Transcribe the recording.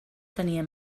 tenia